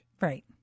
Right